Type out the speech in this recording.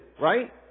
right